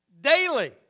daily